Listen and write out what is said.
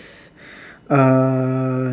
uh